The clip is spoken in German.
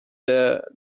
der